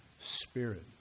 Spirit